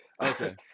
Okay